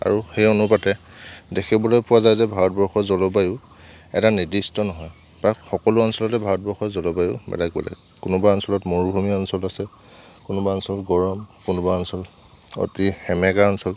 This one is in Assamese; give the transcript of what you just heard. আৰু সেই অনুপাতে দেখিবলৈ পোৱা যায় যে ভাৰতবৰ্ষৰ জলবায়ু এটা নিৰ্দিষ্ট নহয় প্ৰায় সকলো অঞ্চলতে ভাৰতবৰ্ষৰ জলবায়ু বেলেগ বেলেগ কোনোবা অঞ্চলত মৰুভূমি অঞ্চল আছে কোনোবা অঞ্চল গৰম কোনোবা অঞ্চল অতি সেমেকা অঞ্চল